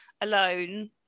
alone